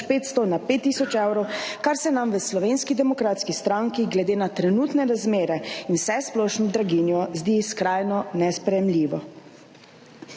500 na 5 tisoč evrov, kar se nam v Slovenski demokratski stranki glede na trenutne razmere in vsesplošno blaginjo zdi skrajno nesprejemljivo.